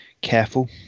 careful